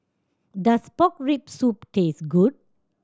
does pork rib soup taste good